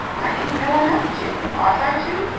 i didn't know enough to. ought i to?